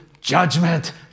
judgment